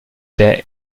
der